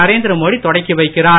நரேந்திர மோடி தொடங்கிவைக்கிறார்